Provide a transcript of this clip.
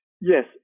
Yes